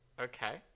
Okay